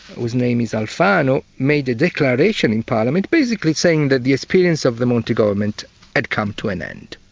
whose name is alfano, made a declaration in parliament basically saying that the experience of the monti government had come to an end.